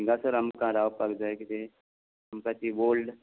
थिंगासोर आमकां रावपाक जाय कितें आमकां ती ओल्ड